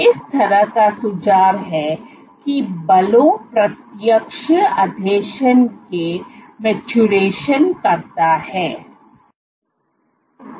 इसलिए इस तरह का सुझाव है कि बलों प्रत्यक्ष आसंजन के परिपक्वता करते हैं